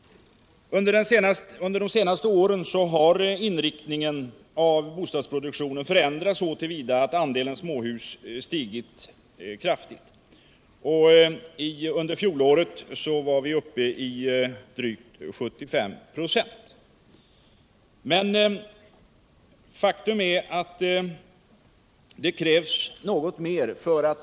Under de senaste åren har inriktningen av bostadsproduktionen förändrats så till vida att andelen småhus stigit kraftigt. Under fjolåret var andelen drygt 75 26.